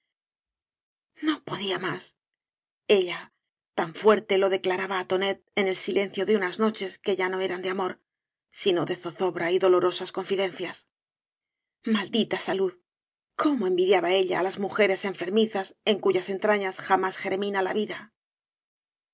no podía más ella tan fuerte lo declaraba á tonet en el silencio de unas noches que ya no eran de amor sino de zozobra y dolorosas colafiencias maldita salud cómo envidiaba ella á las mujeres enfermizas en cuyas entrañas jamás germina la vida